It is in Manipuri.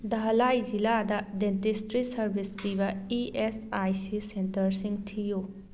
ꯙꯂꯥꯏ ꯖꯤꯂꯥꯗ ꯗꯦꯟꯇꯤꯁꯇ꯭ꯔꯤ ꯁꯥꯔꯚꯤꯁ ꯄꯤꯕ ꯏ ꯑꯦꯁ ꯑꯥꯏ ꯁꯤ ꯁꯦꯟꯇꯔꯁꯤꯡ ꯊꯤꯌꯨ